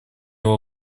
его